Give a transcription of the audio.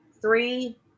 three